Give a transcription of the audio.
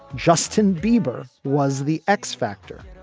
justin bieber was the x factor,